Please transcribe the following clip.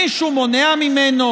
מישהו מונע ממנו?